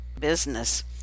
business